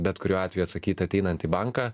bet kuriuo atveju atsakyt ateinant į banką